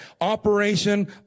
Operation